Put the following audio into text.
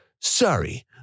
sorry